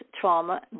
trauma